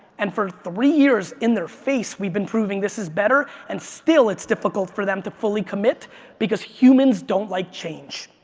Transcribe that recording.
and for three years in their face we've been proving this is better and still it's difficult for them to fully commit because humans don't like change.